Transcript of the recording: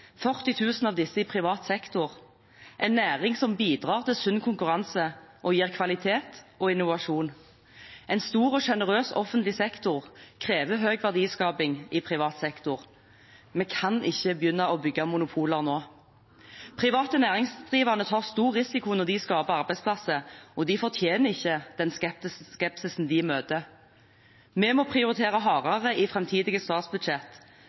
000 av disse i privat sektor, en næring som bidrar til sunn konkurranse og gir kvalitet og innovasjon. En stor og sjenerøs offentlig sektor krever høy verdiskaping i privat sektor. Vi kan ikke begynne å bygge monopoler nå. Private næringsdrivende tar stor risiko når de skaper arbeidsplasser, og de fortjener ikke skepsisen de møter. Vi må prioritere hardere i framtidige